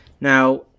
Now